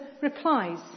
replies